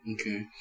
Okay